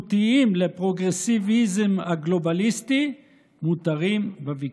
וידידותיים לפרוגרסיביזם הגלובליסטי מותרים בוויקיפדיה.